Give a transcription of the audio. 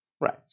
right